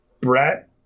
Brett